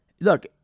look